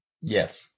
Yes